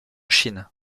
chine